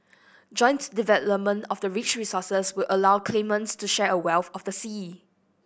joint development of the rich resources would allow claimants to share a wealth of the sea